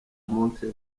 montre